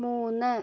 മൂന്ന്